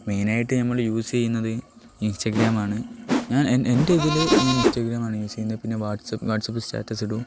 മെയിനായിട്ട് നമ്മൾ യൂസ് ചെയ്യുന്നത് ഇൻസ്റ്റാഗ്രാമാണ് ഞാൻ എൻ്റെ ഇതിൽ ഞാൻ ഇൻസ്റ്റാഗ്രാമാണ് യൂസ് ചെയ്യുന്നത് പിന്നെ വാട്സപ്പ് വാട്സപ്പിൽ സ്റ്റാറ്റസിടും